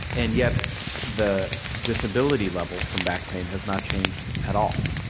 and yet the disability levels from back pain has not changed at all.